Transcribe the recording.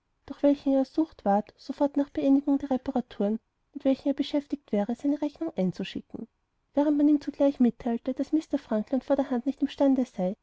durch welchen er ersucht ward sofort nach beendung der reparaturen mit welchen er beschäftigt wäre seine rechnung einzuschicken während man ihm zugleich mitteilte daß mr frankland vor der hand nicht im stande sei